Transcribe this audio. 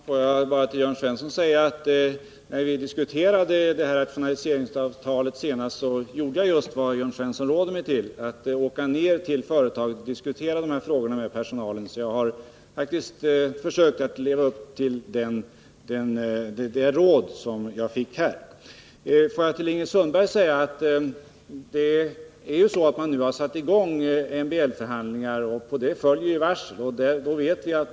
Herr talman! Får jag bara till Jörn Svensson säga: När vi diskuterade rationaliseringsavtalet senast gjorde jag just det Jörn Svensson råder mig till, att åka ner till företaget och diskutera frågorna med personalen. Jag har alltså faktiskt försökt att leva upp till det råd jag fick här. Får jag till Ingrid Sundberg säga: Man har nu satt i gång MBL förhandlingar, och på det följer varsel.